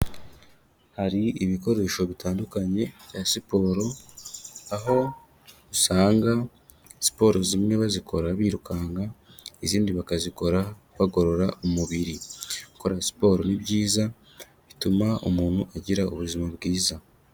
Hari ibikoresho bitandukanye bya siporo, aho usanga siporo zimwe bazikora birukanka, izindi bakazikora bagorora umubiri. Gukora siporo ni byiza, bituma umuntu agira ubuzima bwiza.